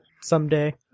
someday